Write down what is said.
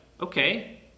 okay